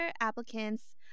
applicants